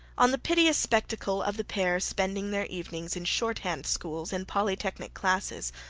on the piteous spectacle of the pair spending their evenings in shorthand schools and polytechnic classes,